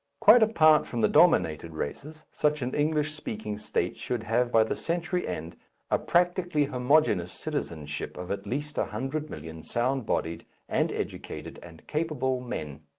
quite apart from the dominated races, such an english-speaking state should have by the century-end a practically homogeneous citizenship of at least a hundred million sound-bodied and educated and capable men.